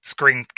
Screen